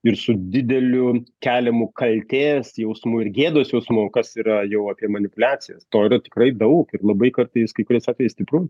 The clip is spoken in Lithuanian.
ir su dideliu keliamu kaltės jausmu ir gėdos jausmu kas yra jau apie manipuliacijas to yra tikrai daug ir labai kartais kai kuriais atvejais stipru